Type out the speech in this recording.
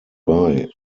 bei